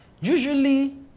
usually